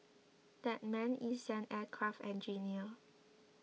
that man is an aircraft engineer